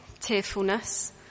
tearfulness